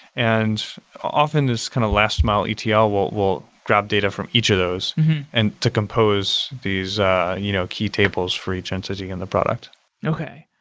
and often, this kind of last mile etl ah ah will will grab data from each of those and to compose these you know key tables for each entity in the product okay.